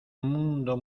mundo